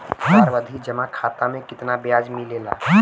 सावधि जमा खाता मे कितना ब्याज मिले ला?